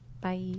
bye